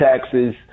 taxes